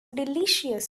delicious